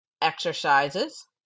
exercises